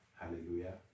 hallelujah